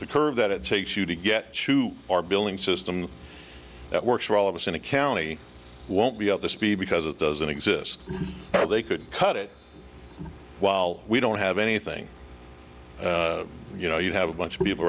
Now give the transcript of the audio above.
the curve that it takes you to get to our billing system that works for all of us in a county won't be up to speed because it doesn't exist or they could cut it while we don't have anything you know you have a bunch of people